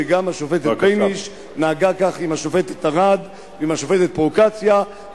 שגם השופטת בייניש נהגה כך עם השופטת ארד ועם השופטת פרוקצ'יה,